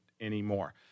anymore